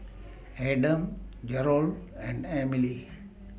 Adams Jerold and Emile